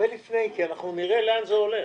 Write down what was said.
שר העבודה,